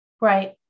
Right